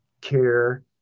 care